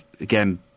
again